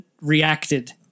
reacted